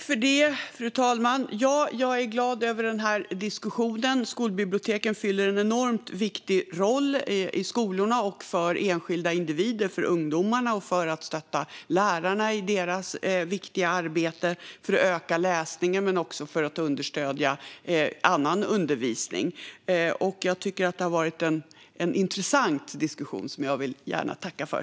Fru talman! Jag är glad över den här diskussionen. Skolbiblioteken har en enormt viktig roll i skolorna och för enskilda individer, för ungdomarna samt för att stötta lärarna i deras viktiga arbete för att öka läsningen men också för att understödja annan undervisning. Jag tycker att det har varit en intressant diskussion som jag gärna vill tacka för.